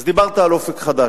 אז דיברת על "אופק חדש",